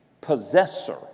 possessor